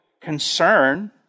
concern